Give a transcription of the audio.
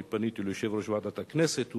אני פניתי אל יושב-ראש ועדת הכנסת.